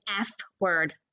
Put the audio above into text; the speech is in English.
F-word